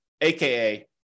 aka